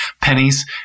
pennies